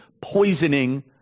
poisoning